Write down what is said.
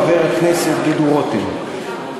חבר הכנסת דודו רותם,